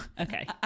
Okay